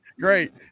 great